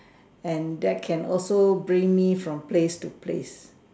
and that can also bring me from place to place